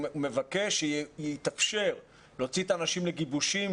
הוא מבקש שיתאפשר להוציא את האנשים לגיבושים,